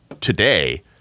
today